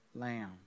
lamb